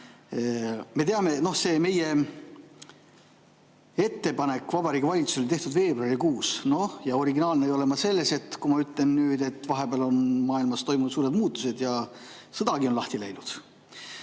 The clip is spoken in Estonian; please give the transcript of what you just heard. Me teame, et meie ettepanek Vabariigi Valitsusele on tehtud veebruarikuus. Ja originaalne ei ole ma selles, kui ma ütlen, et vahepeal on maailmas toimunud suured muutused ja sõdagi on lahti läinud.